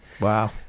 wow